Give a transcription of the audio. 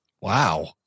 Wow